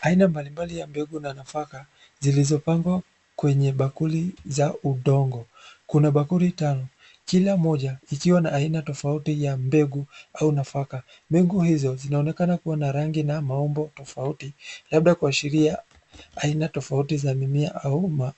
Aina mbalimbali ya mbegu na nafaka zilizopangwa kwenye bakuli za udongo. Kuna bakuli tano, kila mmoja ikiwa na aina tofauti ya mbegu au nafaka. Mbegu hizo zinaonekana kuwa na rangi na maumbo tofauti, labda kuashiria aina tofauti za mimea au.